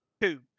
two